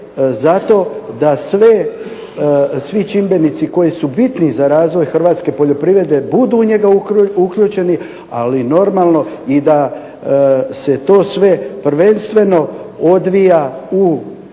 zato da svi čimbenici koji su bitni za razvoj hrvatske poljoprivrede budu u njega uključeni, ali normalno i da se to sve prvenstveno odvija u